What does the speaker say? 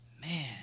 man